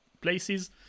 places